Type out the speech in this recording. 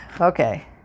Okay